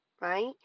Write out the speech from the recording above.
right